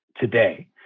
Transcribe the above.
today